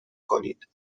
کنید